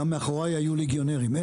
גם מאחורי היו ליגיונרים.